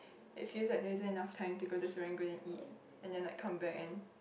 if you like doesn't enough time to go to Serangoon and eat and then like come back and